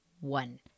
one